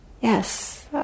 Yes